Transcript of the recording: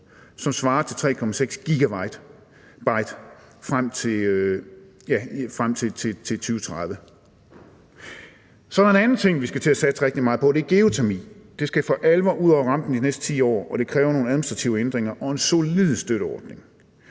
som svarer til 3,6 GW frem til 2030. Så er der en anden ting, vi skal til at satse rigtig meget på, og det er geotermi. Det skal for alvor ud over rampen de næste 10 år, og det kræver nogle administrative ændringer og en solid støtteordning.